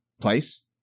place